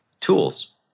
tools